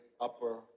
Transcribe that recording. upper